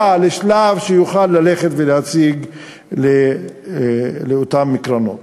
לשלב שהוא יוכל ללכת ולהציג לאותן קרנות.